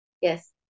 Yes